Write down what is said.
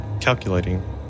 Calculating